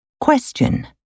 Question